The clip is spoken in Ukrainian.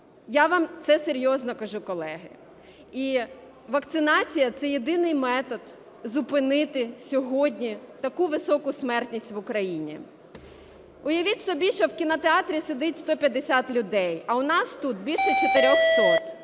Я вам це серйозно кажу, колеги. І вакцинація – це єдиний метод зупинити сьогодні таку високу смертність в Україні. Уявіть собі, що в кінотеатрі сидить 150 людей, а у нас тут більше 400.